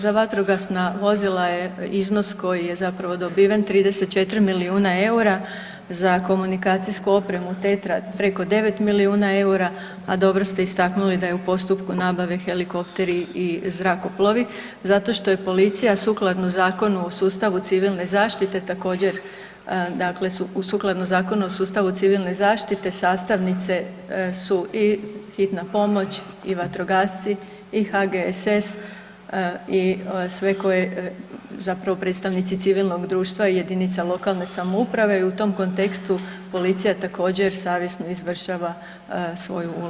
Za vatrogasna vozila je iznos koji je zapravo dobiven 34 milijuna eura za komunikacijsku opremu Tetra preko 9 milijuna eura, a dobro ste istaknuli da je u postupku nabave helikopteri i zrakoplovi zato što je policija sukladno Zakonu o sustavu civilne zaštite također, dakle sukladno Zakonu o sustavu civilne zaštite sastavnice su i hitna pomoć i vatrogasci i HGSS i sve koje zapravo koje predstavnici civilnog društva i jedinice lokalne samouprave i u tom kontekstu policija također savjesno izvršava svoju